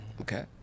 Okay